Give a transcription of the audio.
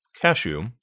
Cashew